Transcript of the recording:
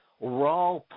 raw